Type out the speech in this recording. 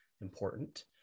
important